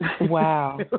Wow